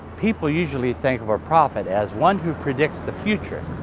people usually think of a prophet as one who predicts the future.